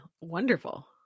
wonderful